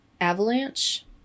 avalanche